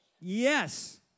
Yes